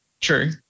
true